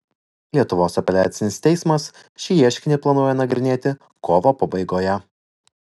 lietuvos apeliacinis teismas šį ieškinį planuoja nagrinėti kovo pabaigoje